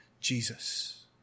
Jesus